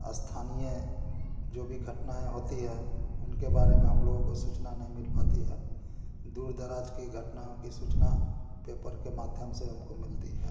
स्थानीय जो भी घटनाएँ होती हैं उनके बारे में हम लोगों को सूचना नहीं मिल पाती है दूर दराज़ की घटनाओं की सूचना पेपर के माध्यम से हमको मिलती है